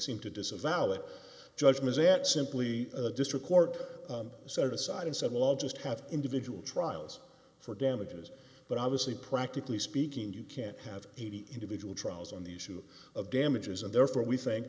seem to disavow it judgment that simply district court set aside and said we'll all just have individual trials for damages but obviously practically speaking you can't have eighty individual trials on the issue of damages and therefore we